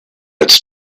its